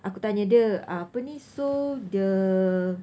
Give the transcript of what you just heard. aku tanya dia uh apa ni so the